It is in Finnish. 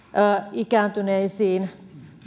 ikääntyneisiin